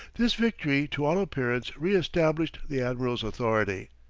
this victory to all appearance re-established the admiral's authority.